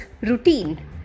routine